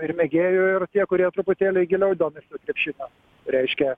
ir mėgėjų ir tie kurie truputėlį giliau domisi krepšiniu reiškia